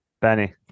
benny